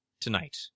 tonight